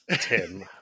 Tim